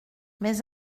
mais